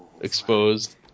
exposed